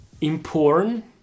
important